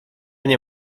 nie